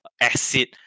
acid